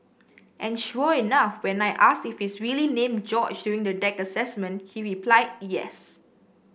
and sure enough when I asked if he's really named George during the deck assessment he replied yes